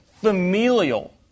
familial